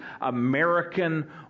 American